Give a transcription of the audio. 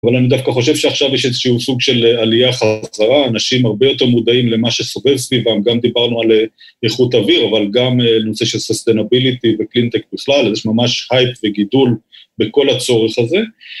אבל אני דווקא חושב שעכשיו יש איזשהו סוג של עלייה חזרה, אנשים הרבה יותר מודעים למה שסובב סביבם, גם דיברנו על איכות אוויר, אבל גם לנושא של sustainability ו-clean tech בכלל, אז יש ממש הייפ וגידול בכל הצורך הזה.